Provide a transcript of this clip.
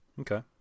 Okay